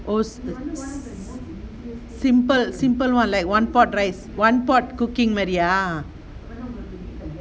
oh simple simple one like one pot rice one pot cooking மாறியா:maariyaa